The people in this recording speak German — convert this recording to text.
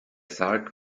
sarg